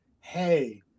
hey